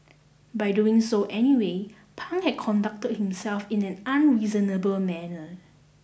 by doing so anyway Pang had conducted himself in an unreasonable manner